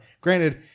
granted